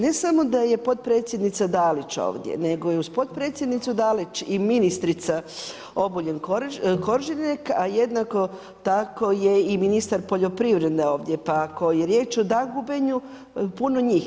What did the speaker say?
Ne samo da je potpredsjednica Dalić ovdje nego i uz potpredsjednicu Dalić i ministrica Obuljen Koržinek a jednako tako je i ministar poljoprivrede, pa ako je riječ o dangubljenju, puno njih.